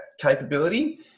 capability